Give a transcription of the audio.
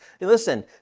listen